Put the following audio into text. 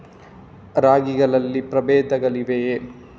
ರಾಗಿಗಳಲ್ಲಿ ಪ್ರಬೇಧಗಳಿವೆಯೇ?